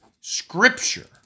Scripture